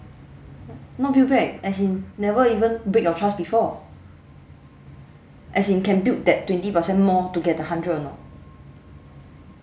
not build back as in never even break your trust before as in can build that twenty percent more to get to hundred or not